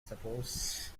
suppose